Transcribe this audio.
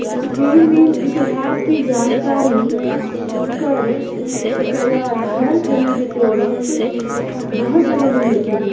लेन देन इतिहास की जानकरी कार या घर खरीदते वक़्त बहुत जरुरी होती है